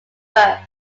first